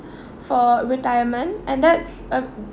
for retirement and that's a